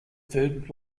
food